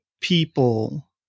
people